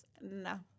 No